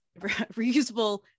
reusable